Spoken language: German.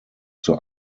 zur